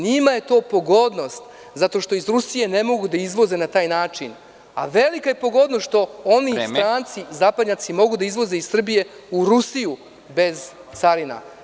Njima je to pogodnost, zato što iz Rusije ne mogu da izvoze na taj način, a velika je pogodnost što oni zapadnjaci mogu da izvoze iz Srbije u Rusiju, bez carina.